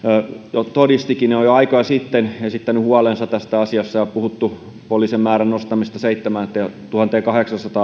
jo todistikin on jo aikoja sitten esittänyt huolensa tästä asiasta ja on puhuttu poliisien määrän nostamisesta